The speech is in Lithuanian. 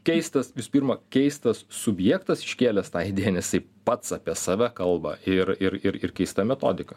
keistas visų pirma keistas subjektas iškėlęs tą idėją nes jisai pats apie save kalba ir ir ir ir keista metodika